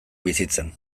bizitzen